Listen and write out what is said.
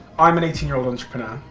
i'm an eighteen year old entrepreneur.